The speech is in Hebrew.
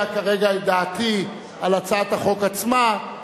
מבלי להביע כרגע את דעתי על הצעת החוק עצמה,